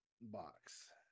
box